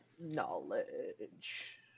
Knowledge